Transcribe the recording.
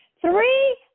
Three